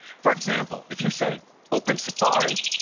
for example, if you say, open safari,